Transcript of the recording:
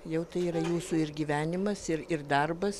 jau tai yra jūsų ir gyvenimas ir ir darbas